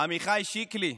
עמיחי שיקלי,